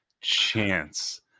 chance